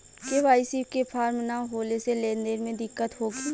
KYC के form न होले से लेन देन में दिक्कत होखी?